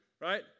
right